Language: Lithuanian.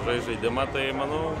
žaist žaidimą tai manau